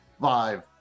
five